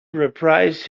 reprised